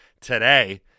today